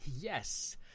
yes